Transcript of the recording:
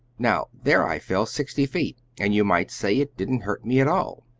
now, there i fell sixty feet, and you might say it didn't hurt me at all.